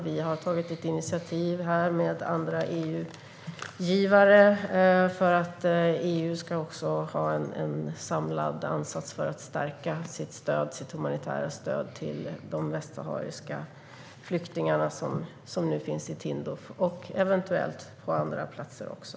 Vi har tagit ett initiativ med andra EU-givare för att EU ska ha en samlad ansats för att stärka sitt humanitära stöd till de västsahariska flyktingarna som nu finns i Tindouf och eventuellt på andra platser också.